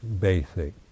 basic